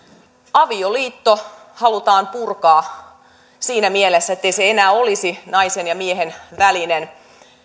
avioliitto halutaan purkaa siinä mielessä ettei se enää olisi naisen ja miehen välinen